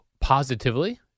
positively